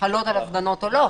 חלות על הפגנות או לא?